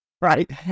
Right